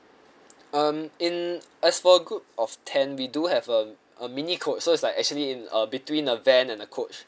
um in as for a group of ten we do have a um mini coach so it's like actually in a between a van and a coach